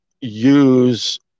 use